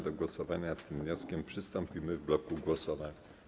Do głosowania nad tym wnioskiem przystąpimy w bloku głosowań.